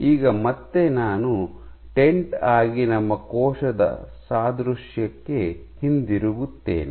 ಈಗ ಮತ್ತೆ ನಾನು ಟೆಂಟ್ ಆಗಿ ನಮ್ಮ ಕೋಶದ ಸಾದೃಶ್ಯಕ್ಕೆ ಹಿಂತಿರುಗುತ್ತೇನೆ